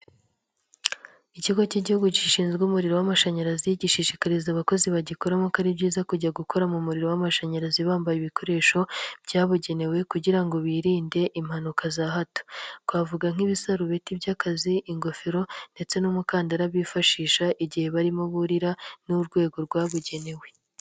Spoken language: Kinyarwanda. Ikigo k'Igihugu gishinzwe umuriro w'amashanyarazi gishishikariza abakozi bagikoramo ko ari byiza kujya gukora mu muriro w'amashanyarazi bambaye ibikoresho byabugenewe kugira ngo birinde impanuka za hato. Twavuga nk'ibisarubeti by'akazi, ingofero ndetse n'umukandara bifashisha igihe barimo burira n'urwego rwabugenewe.